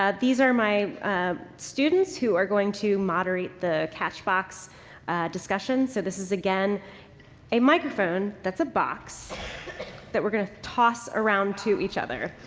ah these are my students who are going to moderate the catchbox discussion. so, this is again a microphone that's a box that we're going to toss around to each other.